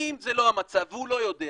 אם זה לא המצב והוא לא יודע,